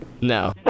No